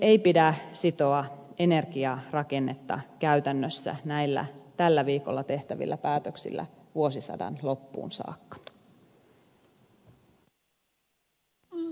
ei pidä sitoa energiarakennetta käytännössä näillä tällä viikolla tehtävillä päätöksillä vuosisadan loppuun saakka